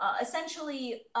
essentially